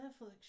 Netflix